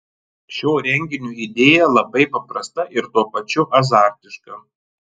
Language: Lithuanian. šio renginio idėja labai paprasta ir tuo pačiu azartiška